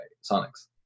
Sonic's